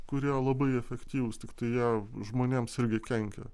kurie labai efektyvūs tiktai jie žmonėms irgi kenkia